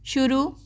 शुरू